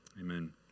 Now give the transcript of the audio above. Amen